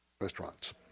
restaurants